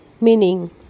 meaning